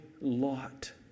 lot